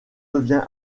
devient